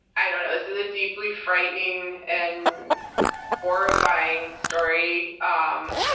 i don't know. this is a deeply frightening and horrifying story, um